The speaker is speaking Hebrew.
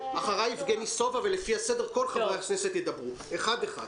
אחריי יבגני סובה ולפי הסדר כל חברי הכנסת ידברו אחד-אחד.